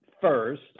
first